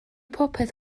popeth